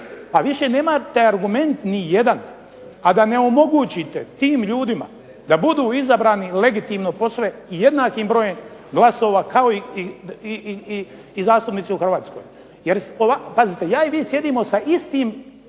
pa više nemate argument nijedan, a da ne omogućite tim ljudima da budu izabrani legitimno posve jednakim brojem glasova kao i zastupnici u Hrvatskoj. Pazite, ja i vi sjedimo sa istim